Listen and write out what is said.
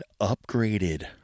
upgraded